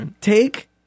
Take